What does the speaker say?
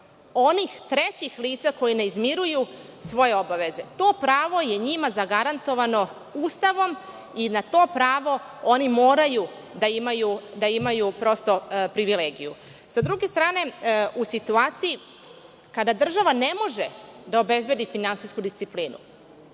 onih trećih lica koji ne izmiruju svoje obaveze. To pravo je njima zagarantovano Ustavom i na to pravo oni moraju da imaju privilegiju. Sa druge strane u situaciji kada država ne može da obezbedi finansijsku disciplinu,